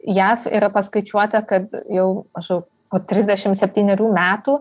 jav yra paskaičiuota kad jau maždaug po trisdešimt septynerių metų